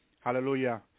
Hallelujah